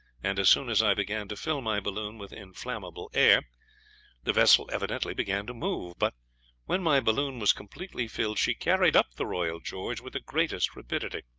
and as soon as i began to fill my balloon with inflammable air the vessel evidently began to move but when my balloon was completely filled, she carried up the royal george with the greatest rapidity.